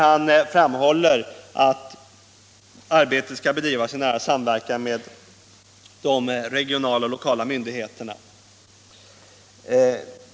Han framhåller att arbetet skall bedrivas i nära samverkan med de regionala och lokala myndigheterna.